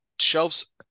shelves